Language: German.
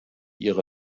ihre